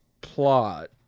plot